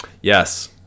Yes